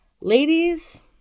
Ladies